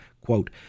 quote